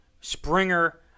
Springer